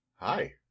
hi